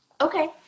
Okay